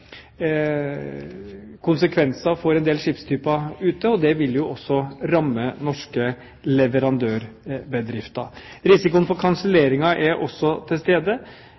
konsekvenser for en del skipstyper ute, og det vil jo også ramme norske leverandørbedrifter. Risikoen for kanselleringer er også til stede.